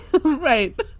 Right